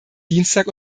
dienstag